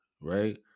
Right